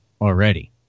already